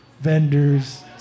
vendors